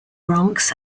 bronx